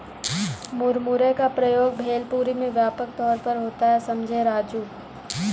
मुरमुरे का प्रयोग भेलपुरी में व्यापक तौर पर होता है समझे राजू